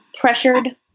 pressured